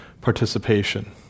participation